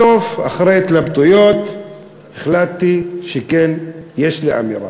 בסוף אחרי התלבטויות החלטתי שכן יש לי אמירה.